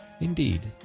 Indeed